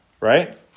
right